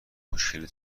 مشکل